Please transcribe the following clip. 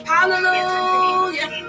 Hallelujah